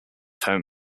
term